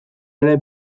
ere